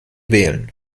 wählen